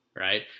Right